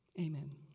Amen